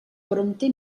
prompte